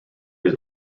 his